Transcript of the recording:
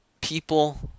People